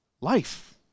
Life